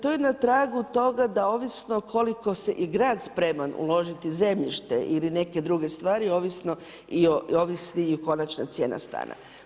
To je na tragu toga da ovisno koliko je i grad spreman uložiti zemljište ili neke druge stvari i ovisi i konačna cijena stana.